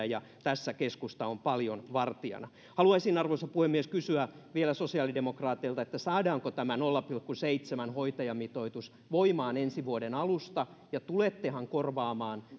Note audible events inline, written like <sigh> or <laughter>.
<unintelligible> ja tässä keskusta on paljon vartijana haluaisin arvoisa puhemies kysyä vielä sosiaalidemokraateilta saadaanko tämä nolla pilkku seitsemän hoitajamitoitus voimaan ensi vuoden alusta ja tulettehan korvaamaan